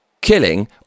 killing